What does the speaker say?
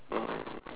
uh